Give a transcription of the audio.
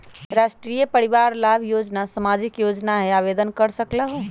राष्ट्रीय परिवार लाभ योजना सामाजिक योजना है आवेदन कर सकलहु?